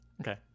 Okay